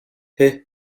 heh